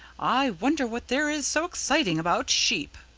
i wonder what there is so exciting about sheep!